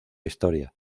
historia